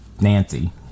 Nancy